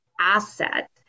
asset